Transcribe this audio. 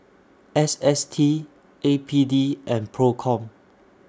S S T A P D and PROCOM